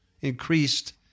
increased